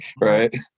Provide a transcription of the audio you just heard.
right